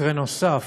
מקרה נוסף,